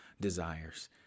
desires